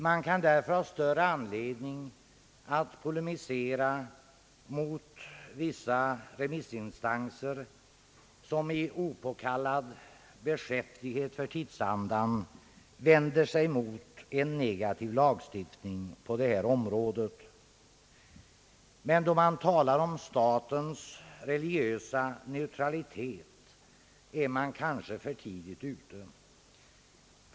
Man kan därför ha större anledning att polemisera med vissa remissinstanser som i opåkallad beskäftighet för tidsandan vänder sig mot en negativ lagstiftning på detta område. Men då man talar om statens religiösa neutrali tet är man kanske för tidigt ute.